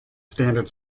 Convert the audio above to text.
standard